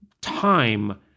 time